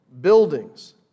buildings